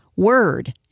Word